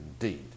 indeed